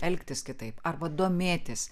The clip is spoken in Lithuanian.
elgtis kitaip arba domėtis